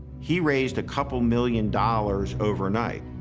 he raised a couple million dollars overnight.